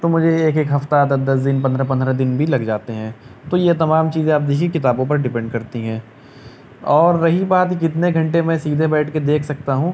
تو مجھے ایک ایک ہفتہ دس دس دن پندرہ پندرہ دن بھی لگ جاتے ہیں تو یہ تمام چیزیں اب دیکھیے کتابوں پر ڈیپینڈ کرتی ہیں اور رہی بات کتنے گھنٹے میں سیدھے بیٹھ کے دیکھ سکتا ہوں